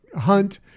hunt